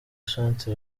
chance